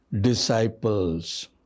disciples